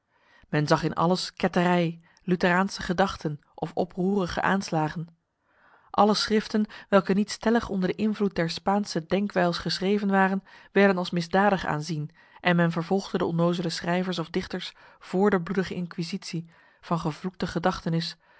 men zag in alles ketterij lutheraanse gedachten of oproerige aanslagen alle schriften welke niet stellig onder de invloed der spaanse denkwijs geschreven waren werden als misdadig aanzien en men vervolgde de onnozele schrijvers of dichters vr de bloedige inquisitie van gevloekte gedachtenis